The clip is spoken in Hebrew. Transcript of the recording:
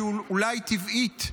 שהיא אולי טבעית,